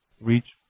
reach